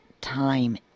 time